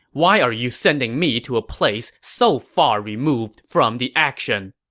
why are you sending me to a place so far removed from the action?